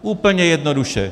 Úplně jednoduše.